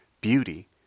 beauty